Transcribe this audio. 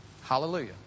Hallelujah